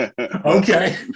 Okay